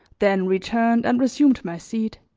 then returned and resumed my seat.